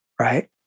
Right